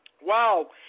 Wow